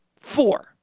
four